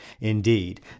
Indeed